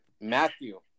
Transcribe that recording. Matthew